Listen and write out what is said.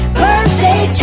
birthday